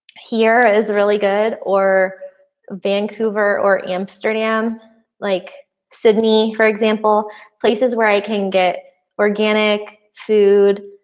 here is really good or vancouver or amsterdam like sydney, for example places where i can get organic food.